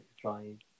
trying